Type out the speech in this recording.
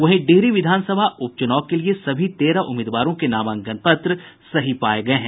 वहीं डिहरी विधानसभा उप चुनाव के लिये सभी तेरह उम्मीदवारों के नामांकन पत्र सही पाये गये हैं